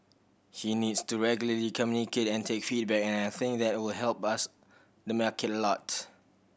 he needs to regularly communicate and take feedback and I think that will help us the market a lot